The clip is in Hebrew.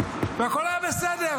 והכול היה בסדר,